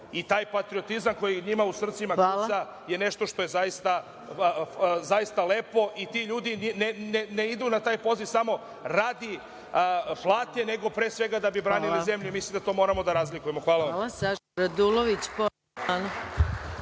i taj patriotizam koji je njima u srcima je nešto što je zaista lepo i ti ljudi ne idu na taj poziv samo radi plate nego pre svega da bi branili zemlju, mislim da to moramo da razlikujemo. Hvala vam. **Maja Gojković**